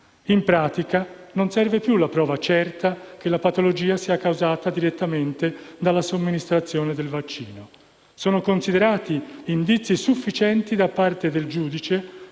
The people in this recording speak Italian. In pratica, non serve più la prova certa che la patologia sia causata direttamente dalla somministrazione del vaccino. Sono considerati indizi sufficienti da parte del giudice